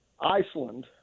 Iceland